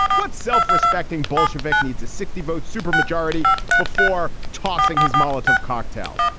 what self-respecting bolshevik needs a sixty vote supermajority before tossing his molotov cocktail?